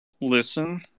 listen